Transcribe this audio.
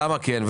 למה כן,